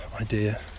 idea